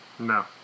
no